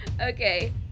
Okay